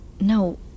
No